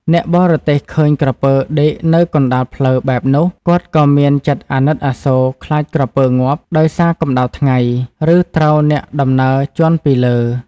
អ្នកបរទេះឃើញក្រពើដេកនៅកណ្តាលផ្លូវបែបនោះ គាត់ក៏មានចិត្តអាណិតអាសូរខ្លាចក្រពើងាប់ដោយសារកម្តៅថ្ងៃ ឬត្រូវអ្នកដំណើរជាន់ពីលើ។